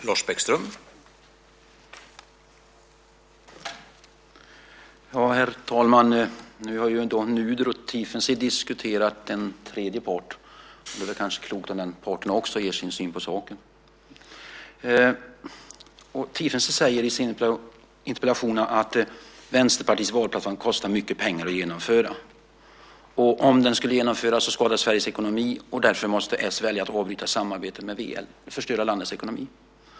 Herr talman! Nu har Nuder och Tiefensee diskuterat en tredje part, och då är det kanske klokt om den parten också ger sin syn på saken. Tiefensee säger i sin interpellation att Vänsterpartiets valplattform kostar mycket pengar att genomföra och att om den skulle genomföras skadas Sveriges ekonomi, och därför måste s välja att avbryta samarbetet med v eller förstöra landets ekonomi.